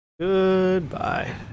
Goodbye